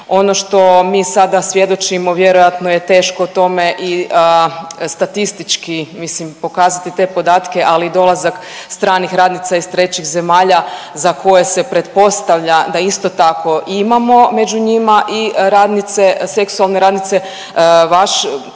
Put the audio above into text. Ovo što mi sada svjedočimo vjerojatno je teško o tome i statistički mislim pokazati te podatke, ali i dolazak stranih radnica iz trećih zemalja za koje se pretpostavlja da isto tako imamo među njima i radnice, seksualne radnice vaš